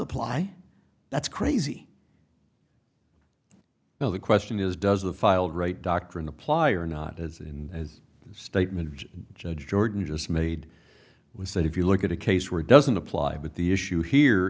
apply that's crazy now the question is does the filed right doctrine apply or not as in his statement judge jordan just made was that if you look at a case where it doesn't apply but the issue here